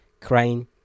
crying